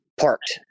parked